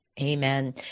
Amen